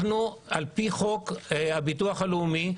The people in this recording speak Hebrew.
על פי חוק הביטוח הלאומי,